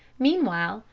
meanwhile,